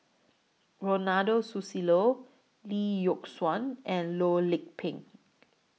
Ronald Susilo Lee Yock Suan and Loh Lik Peng